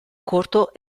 corto